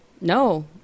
No